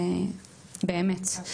באמת.